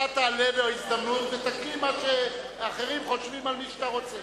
אתה תעלה בהזדמנות ותקרא מה שאחרים חושבים על מי שאתה רוצה.